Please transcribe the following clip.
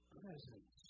presence